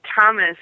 Thomas